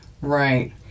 Right